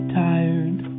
tired